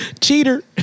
Cheater